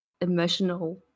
emotional